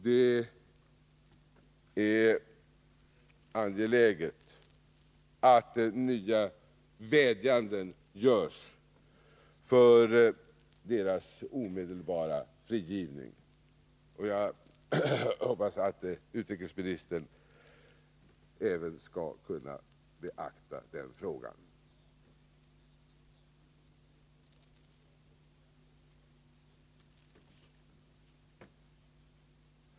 Det är angeläget att nya vädjanden görs för deras omedelbara frigivning, och jag hoppas att utrikesministern även skall kunna beakta den frågan.